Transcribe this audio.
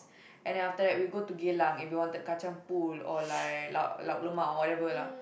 and then after that we go to Geylang if we wanted Kacang-Pool or like Lauk Lauk-Lemak or whatever lah